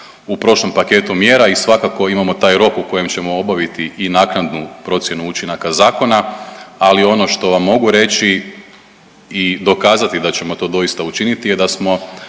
u prošlom paketu mjera i svakako imamo taj rok u kojem ćemo obaviti i naknadnu procjenu učinaka zakona, ali ono što vam mogu reći i dokazati da ćemo to doista učiniti je da smo